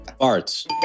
Arts